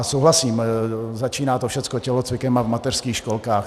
Souhlasím, začíná to všechno tělocvikem a v mateřských školkách.